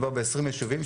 מדובר ב-20 יישובים,